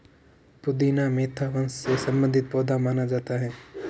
पुदीना मेंथा वंश से संबंधित पौधा माना जाता है